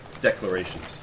declarations